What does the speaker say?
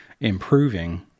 improving